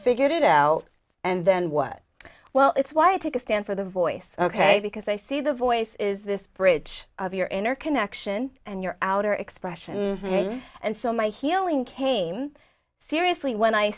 figured it out and then what well it's why i take a stand for the voice ok because i see the voice is this bridge of your inner connection and your outer expression and so my healing came seriously when i